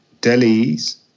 Delhi's